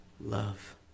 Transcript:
love